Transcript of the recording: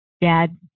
dad